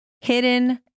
Hidden